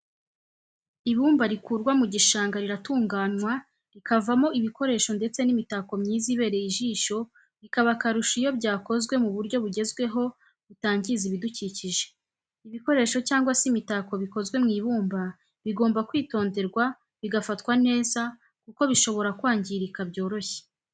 Ibumba rikurwa mu gishanga riratunganywa rikavamo ibikoresho ndetse n'imitako myiza ibereye ijisho bikaba akarusho iyo byakozwe mu buryo bugezweho butangiza ibidukikije. ibikoresho cyangwa se imitako bikozwe mu ibumba bigomba kwitonderwa bigafatwa neza kuko bishobora kwangirika byoroshye.